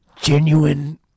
Genuine